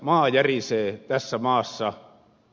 maa järisee tässä maassa